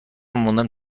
موندم